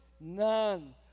None